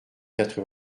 quatre